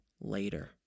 later